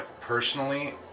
personally